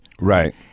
Right